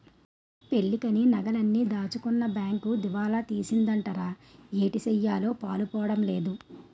పెళ్ళికని నగలన్నీ దాచుకున్న బేంకు దివాలా తీసిందటరా ఏటిసెయ్యాలో పాలుపోడం లేదు